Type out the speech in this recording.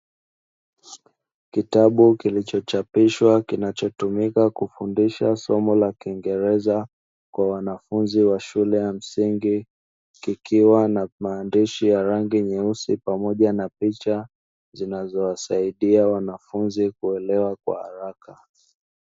Kitabu kilichochapishwa kinachotumika kufundisha somo la kiingereza kwa wanafunzi wa shule ya msingi, kikiwa na maandishi ya rangi nyeusi pamoja na picha zinazowasaidia wanafunzi kuelewa kwa haraka.